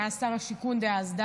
הוא היה שר השיכון דאז,